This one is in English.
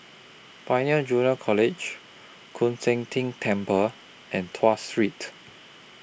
Pioneer Junior College Koon Seng Ting Temple and Tuas Street